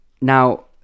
now